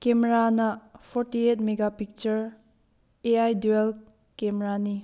ꯀꯦꯃꯦꯔꯥꯅ forty eight mega picture A I dual ꯀꯦꯃꯦꯔꯥꯅꯤ